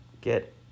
get